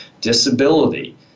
disability